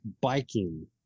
biking